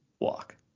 Walk